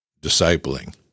discipling